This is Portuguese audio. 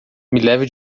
leve